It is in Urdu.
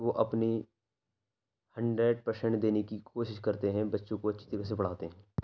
وہ اپنی ہنڈریڈ پر سنٹ دینے کی کوشش کرتے ہیں بچوں کو اچھی طرح سے پڑھاتے ہیں